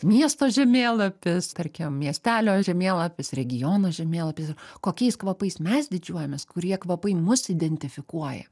miesto žemėlapis tarkim miestelio žemėlapis regiono žemėlapis ir kokiais kvapais mes didžiuojamės kurie kvapai mus identifikuoja